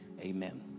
Amen